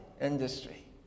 industry